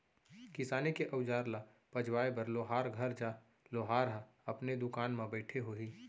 किसानी के अउजार ल पजवाए बर लोहार घर जा, लोहार ह अपने दुकान म बइठे होही